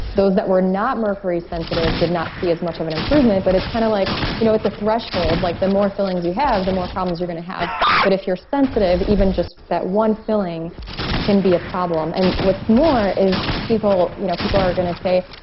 those that were not mercury sensitive did not see as much of an improvement but it's kind of like you know it's threshold. like, the more fillings you have the more problems you're gonna have but if you're sensitive, even just that one filling can be a problem. and what's more people you know people are gonna say,